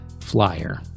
flyer